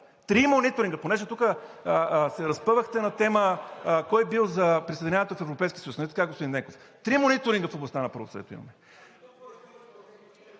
Три мониторинга! Понеже тук се разпъвахте на тема кой бил за присъединяването в Европейския съюз – нали така, господин Ненков? Три мониторинга в областта на правосъдието имаме!